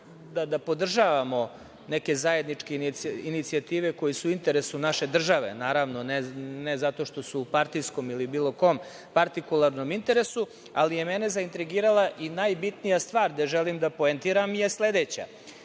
da podržavamo neke zajedničke inicijative koje su u interesu naše države. Naravno, ne zato što su u partijskom ili bilo kom partikularnom interesu. Mene je zaintrigirana i najbitnija stvar gde želim da poentiram, a ona je sledeća.